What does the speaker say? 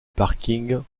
parking